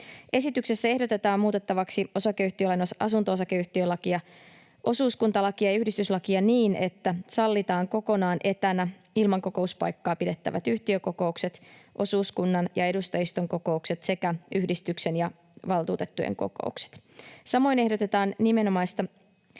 Esityksessä ehdotetaan muutettavaksi osakeyhtiölakia, asunto-osakeyhtiölakia, osuuskuntalakia ja yhdistyslakia niin, että sallitaan kokonaan etänä ilman kokouspaikkaa pidettävät yhtiökokoukset, osuuskunnan ja edustajiston kokoukset sekä yhdistyksen ja valtuutettujen kokoukset. Samoin ehdotetaan nimenomaista